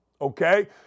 Okay